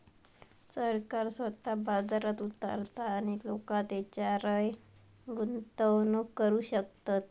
सरकार स्वतः बाजारात उतारता आणि लोका तेच्यारय गुंतवणूक करू शकतत